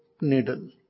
needle